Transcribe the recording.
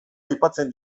aipatzen